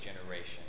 generation